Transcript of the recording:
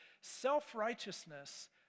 Self-righteousness